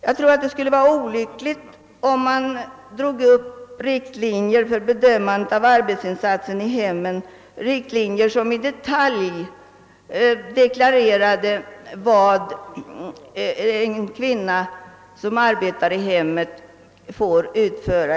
Jag tror att det skulle vara olyckligt om man för bedömandet av arbetsinsatsen i hemmen drog upp riktlinjer, som i detalj deklarerade vad en hemarbetande kvinna får utföra.